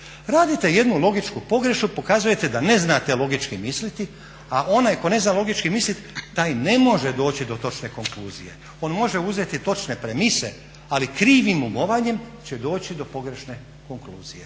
Radite jednu logičku pogrešku, pokazujete da ne znate logički misliti, a onaj tko ne zna logički misliti taj ne može doći do točne konkluzije. On može uzeti točne premise, ali krivim umovanjem će doći do pogrešne konkluzije.